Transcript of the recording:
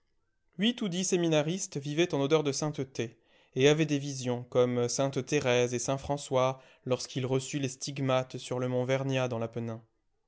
huit ou dix séminaristes vivaient en odeur de sainteté et avaient des visions comme sainte thérèse et saint françois lorsqu'il reçut les stigmates sur le mont vernia dans